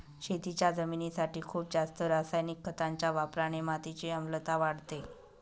शेतीच्या जमिनीसाठी खूप जास्त रासायनिक खतांच्या वापराने मातीची आम्लता वाढते